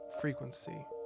frequency